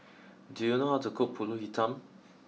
do you know how to cook Pulut Hitam